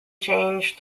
change